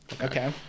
Okay